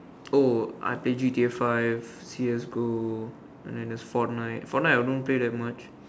oh I play G_T_A five C_S go and then the fortnite fortnite I don't play that much